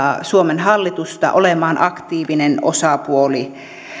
suomen hallitusta olemaan aktiivinen osapuoli